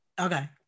Okay